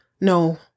no